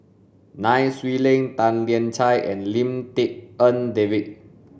Nai Swee Leng Tan Lian Chye and Lim Tik En David